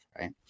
right